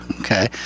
okay